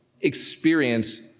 experience